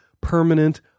permanent